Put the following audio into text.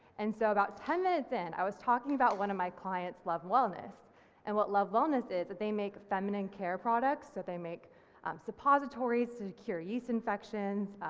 and so about ten minutes in i was talking about one of my clients love wellness and what love wellness is that they make feminine care products, that they make suppositories to cure yeast infections,